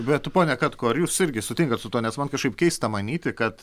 bet pone katkau ar jūs irgi sutinkat su tuo nes man kažkaip keista manyti kad